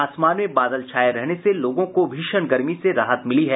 आसमान में बादल छाये रहने से लोगों को भीषण गर्मी से राहत मिली है